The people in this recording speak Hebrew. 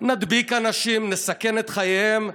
נדביק אנשים, נסכן את חייהם.